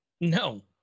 No